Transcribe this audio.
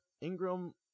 Ingram